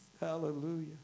Hallelujah